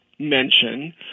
mention